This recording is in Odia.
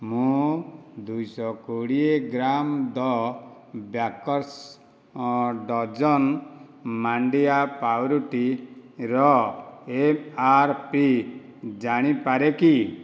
ମୁଁ ଦୁଇଶହ କୋଡ଼ିଏ ଗ୍ରାମ ଦ ବ୍ୟାକର୍ସ ଡଜନ ମାଣ୍ଡିଆ ପାଉଁରୁଟିର ଏମ୍ଆର୍ପି ଜାଣିପାରେ କି